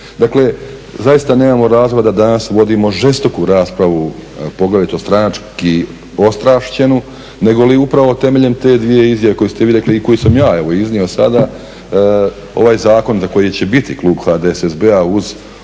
Dakle zaista nemamo razloga da danas vodimo žestoku raspravu, poglavito stranački ostrašćenu, negoli upravo temeljem te dvije izjave koje ste vi rekli i koje sam je iznio sada. Ovaj zakon za koji će biti klub HDSSB-a uz ona